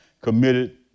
committed